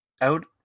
out